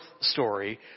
story